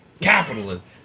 Capitalism